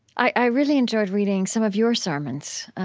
i really enjoyed reading some of your sermons.